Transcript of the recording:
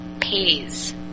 pays